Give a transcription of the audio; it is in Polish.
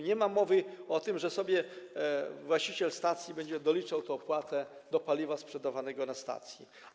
Nie ma tu mowy o tym, że właściciel stacji będzie sobie doliczał tę opłatę do paliwa sprzedawanego na stacji.